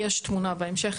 יש תמונה בהמשך,